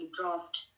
draft